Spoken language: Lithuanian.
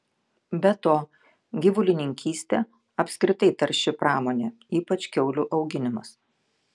be to gyvulininkystė apskritai tarši pramonė ypač kiaulių auginimas